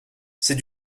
c’est